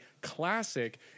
classic